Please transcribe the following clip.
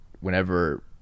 whenever –